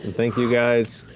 thank you, guys.